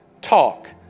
talk